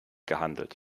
gehandelt